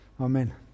Amen